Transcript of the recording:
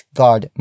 guard